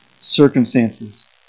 circumstances